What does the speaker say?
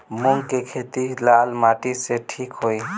मूंग के खेती लाल माटी मे ठिक होई?